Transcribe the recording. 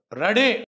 ready